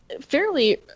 Fairly